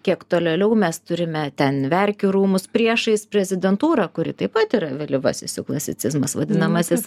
kiek tolėliau mes turime ten verkių rūmus priešais prezidentūrą kuri taip pat yra vėlyvasis jau klasicizmas vadinamasis